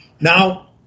Now